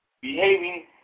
behaving